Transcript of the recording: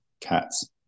cats